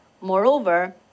moreover